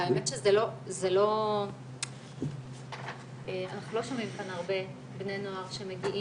והאמת שאנחנו לא שומעים כאן הרבה בני נוער שמגיעים,